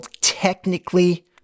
technically